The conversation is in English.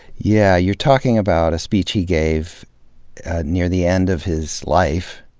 yeah you're talking about a speech he gave near the end of his life,